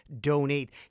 donate